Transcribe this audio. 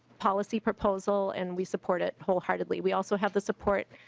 policy proposal and we support it wholeheartedly. we also have the support